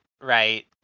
right